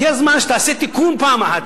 הגיע הזמן שתעשה תיקון פעם אחת.